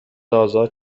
ازاد